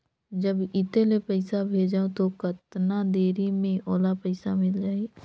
जब इत्ते ले पइसा भेजवं तो कतना देरी मे ओला पइसा मिल जाही?